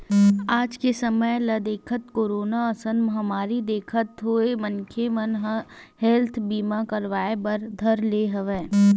आज के समे ल देखत, कोरोना असन महामारी देखत होय मनखे मन ह हेल्थ बीमा करवाय बर धर ले हवय